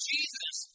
Jesus